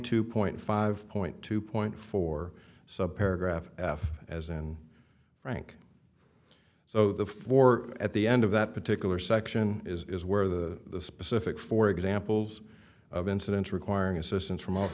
two point five point two point four sub graph f as in frank so the floor at the end of that particular section is where the specific four examples of incidents requiring assistance from off